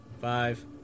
five